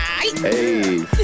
Hey